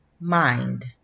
Mind